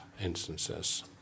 instances